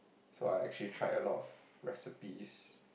so I actually tried a lot of recipes